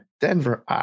Denver